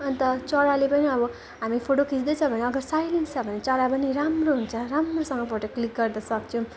अन्त चराले पनि अब हामी फोटो खिच्दैछ भने अगर साइलेन्स छ भने चरा पनि राम्रो हुन्छ राम्रोसँग फोटो क्लिक गर्दा सक्छौँ